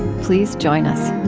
please join us